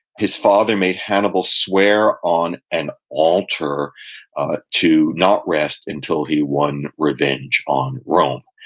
his father made hannibal swear on an altar to not rest until he won revenge on rome.